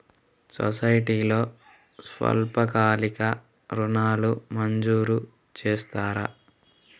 సొసైటీలో స్వల్పకాలిక ఋణాలు మంజూరు చేస్తారా?